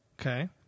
Okay